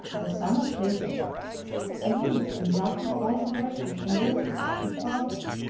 the son of theseus, a youth endowed with all the graces and virtues of his father,